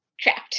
Trapped